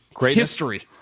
history